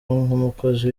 nk’umukozi